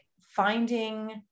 finding